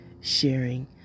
sharing